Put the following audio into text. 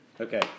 Okay